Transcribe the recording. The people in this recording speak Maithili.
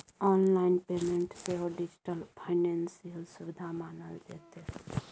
आनलाइन पेमेंट सेहो डिजिटल फाइनेंशियल सुविधा मानल जेतै